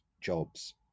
jobs